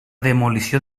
demolició